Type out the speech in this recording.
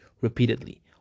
repeatedly